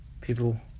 People